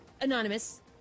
Anonymous